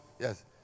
yes